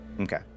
Okay